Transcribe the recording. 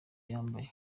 yambaye